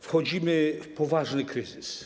Wchodzimy w poważny kryzys.